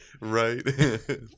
Right